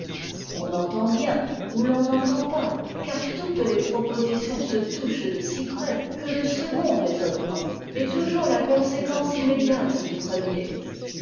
on entend bien ou l'on n'entend pas car toutes les propositions se touchent de si près que le second raisonnement est toujours la conséquence immédiate du premier